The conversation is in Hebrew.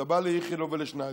כשאתה בא לאיכילוב ולשניידר,